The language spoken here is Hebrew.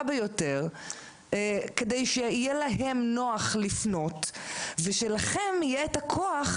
ביותר כדי שיהיה להם נוח לפנות ושלכם יהיה את הכוח,